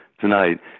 tonight